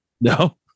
No